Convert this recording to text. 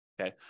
okay